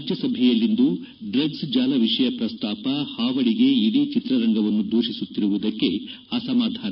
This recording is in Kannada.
ರಾಜ್ಲಸಭೆಯಲ್ಲಿಂದು ಡ್ರಗ್ನ್ ಜಾಲ ವಿಷಯ ಪ್ರಸ್ತಾಪ ಹಾವಳಿಗೆ ಇಡೀ ಚಿತ್ರರಂಗವನ್ನು ದೂಷಿಸುತ್ತಿರುವುದಕ್ಕೆ ಅಸಮಾಧಾನ